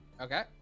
Okay